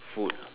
food